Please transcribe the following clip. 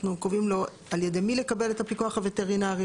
אנחנו קובעים לו על ידי מי לקבל את הפיקוח הווטרינרי.